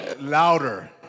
Louder